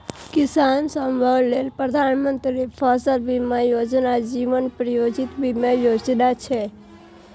किसान सभक लेल प्रधानमंत्री फसल बीमा योजना, जीवन ज्योति बीमा योजना छै